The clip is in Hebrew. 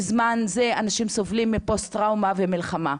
בזמן זה אנשים סובלים מפוסט טראומה ומלחמה.